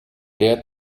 der